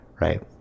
right